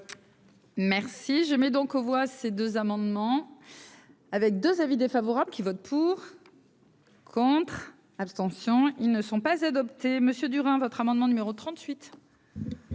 Merci, je mets donc aux voix ces deux amendements avec 2 avis défavorables qui vote pour. Contre, abstention, ils ne sont pas adoptés Monsieur Durand votre amendement numéro 38.